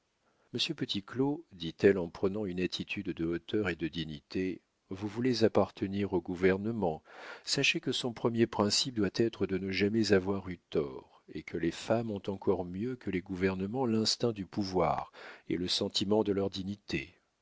monsieur petit claud dit-elle en prenant une attitude de hauteur et de dignité vous voulez appartenir au gouvernement sachez que son premier principe doit être de ne jamais avoir eu tort et que les femmes ont encore mieux que les gouvernements l'instinct du pouvoir et le sentiment de leur dignité